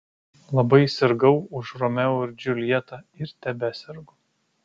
labai sirgau už romeo ir džiuljetą ir tebesergu